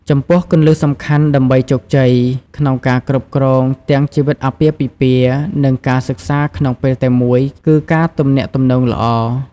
ចំពោះគន្លឹះសំខាន់ដើម្បីជោគជ័យ ក្នុងការគ្រប់គ្រងទាំងជីវិតអាពាហ៍ពិពាហ៍ និងការសិក្សាក្នុងពេលតែមួយគឺ ការទំនាក់ទំនងល្អ។